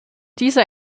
dieser